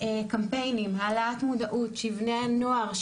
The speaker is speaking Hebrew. קמפיינים עם העלאת מודעות של בני הנוער,